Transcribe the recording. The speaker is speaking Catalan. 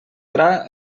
gra